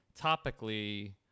topically